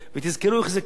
תזכרו איך זה קם,